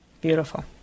Beautiful